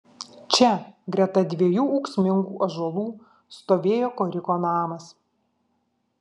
čia greta dviejų ūksmingų ąžuolų stovėjo koriko namas